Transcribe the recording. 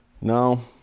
No